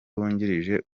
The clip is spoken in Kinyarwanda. wungirije